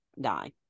die